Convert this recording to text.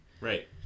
Right